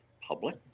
public